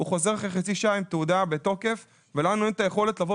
הוא חוזר אחרי חצי שעה עם תעודה בתוקף ולנו אין את היכולת לבוא